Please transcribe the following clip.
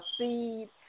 seeds